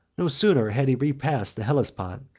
no sooner had he repassed the hellespont,